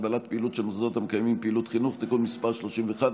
(הגבלת פעילות של מוסדות המקיימים פעילות חינוך) (תיקון מס' 31),